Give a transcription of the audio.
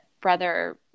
brother